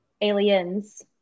Aliens